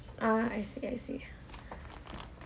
ah I see I see